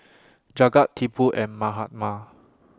Jagat Tipu and Mahatma